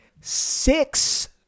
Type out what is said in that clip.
six